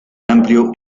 amplio